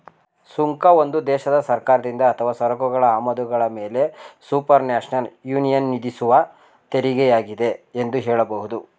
ಸುಂಕ ಒಂದು ದೇಶದ ಸರ್ಕಾರದಿಂದ ಅಥವಾ ಸರಕುಗಳ ಆಮದುಗಳ ಮೇಲೆಸುಪರ್ನ್ಯಾಷನಲ್ ಯೂನಿಯನ್ವಿಧಿಸುವತೆರಿಗೆಯಾಗಿದೆ ಎಂದು ಹೇಳಬಹುದು